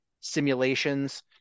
simulations